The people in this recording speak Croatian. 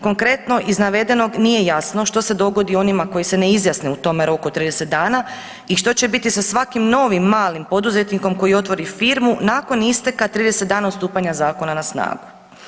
Konkretno iz navedenog nije jasno što se dogodi onima koji se ne izjasne u tome roku od 30 dana i što će biti sa svakim novim malim poduzetnikom koji otvori firmu nakon isteka 30 dana od stupanja zakona na snagu.